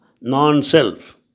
non-self